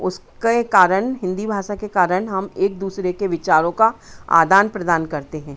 उसके कारण हिन्दी भाषा के कारण हम एक दूसरे के विचारों का आदान प्रदान करते हैं